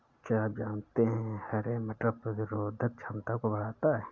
क्या आप जानते है हरे मटर प्रतिरोधक क्षमता को बढ़ाता है?